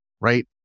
Right